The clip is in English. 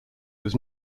was